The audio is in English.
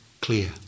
clear